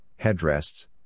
headrests